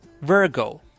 Virgo